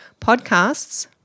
podcasts